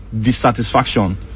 dissatisfaction